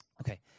Okay